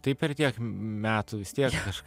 taip per tiek metų vis tiek aš